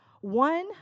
one